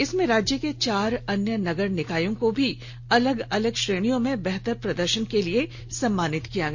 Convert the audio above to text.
इसमें राज्य के चार अन्य नगर निकायों को भी अलग अलग श्रेणियों में बेहतर प्रदर्शन के लिए सम्मानित किया गया